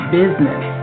business